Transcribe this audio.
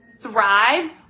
thrive